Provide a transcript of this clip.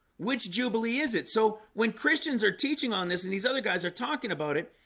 which jubilee is it? so when christians are teaching on this and these other guys are talking about it?